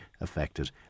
affected